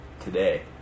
today